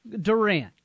Durant